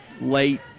late